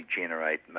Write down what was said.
generate